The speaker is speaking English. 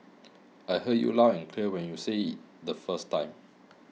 I heard you loud and clear when you say the first time